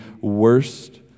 worst